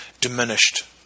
Diminished